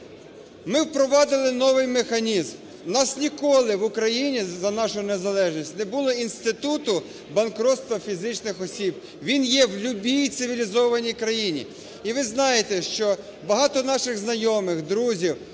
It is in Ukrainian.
Ми впровадили новий механізм, у нас ніколи в Україні за нашу незалежність не було інституту банкротства фізичних осіб. Він є в любій цивілізованій країні. І ви знаєте, що багато наших знайомих, друзів,